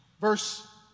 verse